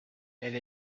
elle